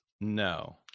No